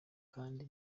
kandi